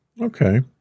okay